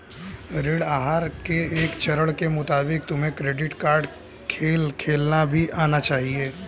ऋण आहार के एक चरण के मुताबिक तुम्हें क्रेडिट कार्ड खेल खेलना भी आना चाहिए